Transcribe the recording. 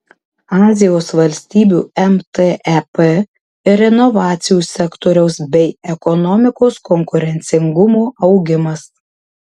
azijos valstybių mtep ir inovacijų sektoriaus bei ekonomikos konkurencingumo augimas